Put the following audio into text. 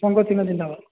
ଶଙ୍ଖ ଚିହ୍ନ ଜିନ୍ଦାବାଦ୍